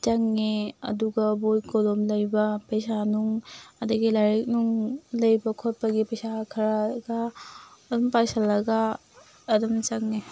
ꯆꯪꯉꯦ ꯑꯗꯨꯒ ꯕꯣꯏ ꯀꯣꯂꯣꯝ ꯂꯩꯕ ꯄꯩꯁꯥ ꯅꯨꯡ ꯑꯗꯒꯤ ꯂꯥꯏꯔꯤꯛ ꯅꯨꯡ ꯂꯩꯕ ꯈꯣꯠꯄꯒꯤ ꯄꯩꯁꯥ ꯈꯔꯒ ꯑꯗꯨꯝ ꯄꯥꯁꯜꯂꯒ ꯑꯗꯨꯝ ꯆꯪꯉꯦ